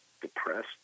depressed